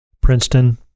Princeton